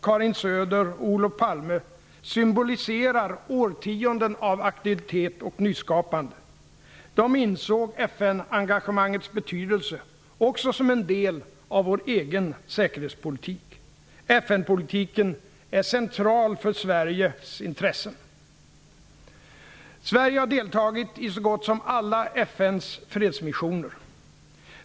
Karin Söder och Olof Palme symboliserar årtionden av aktivitet och nyskapande. De insåg FN-engagemangets betydelse också som en del av vår egen säkerhetspolitik. FN-politiken är central för Sveriges intressen. Sverige har deltagit i så gott som alla FN:s fredsmissioner.